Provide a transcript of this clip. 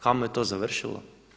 Kamo je to završilo?